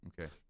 Okay